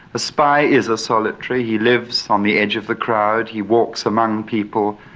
a spy is a solitary. he lives on the edge of the crowd, he walks among people,